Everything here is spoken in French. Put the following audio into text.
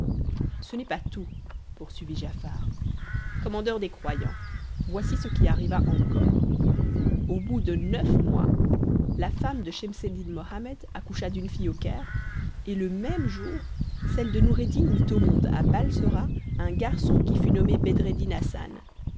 ce n'est pas tout poursuivit giafar commandeur des croyants voici ce qui arriva encore au bout de neuf mois la femme de schemseddin mohammed accoucha d'une fille au caire et le même jour celle de noureddin mit au monde à balsora un garçon qui fut nommé bedreddin hassan